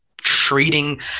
treating